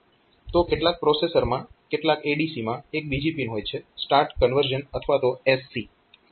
તો કેટલાક પ્રોસેસરમાં કેટલાક ADC માં એક બીજી પિન હોય છે સ્ટાર્ટ કન્વર્ઝન અથવા SC